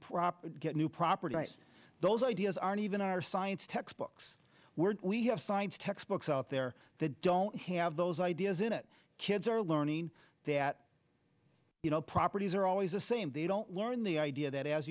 proper new property rights those ideas aren't even our science textbooks we're we have science textbooks out there that don't have those ideas in it kids are learning that you know properties are always the same they don't learn the idea that as